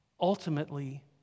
ultimately